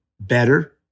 better